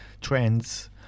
trends